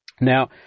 Now